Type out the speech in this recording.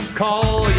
call